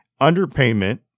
Underpayment